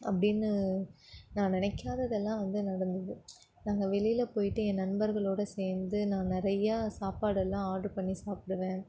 அப்படினு நான் நினைக்காதது எல்லாம் வந்து நடந்தது நாங்கள் வெளியில் போயிட்டு என் நண்பர்களோடு சேர்ந்து நான் நிறையா சாப்பாடெல்லாம் ஆர்ட்ரு பண்ணி சாப்பிடுவேன்